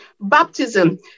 Baptism